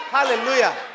Hallelujah